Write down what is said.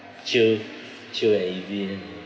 chill chill and easy